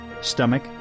stomach